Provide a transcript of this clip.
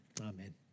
Amen